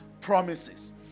promises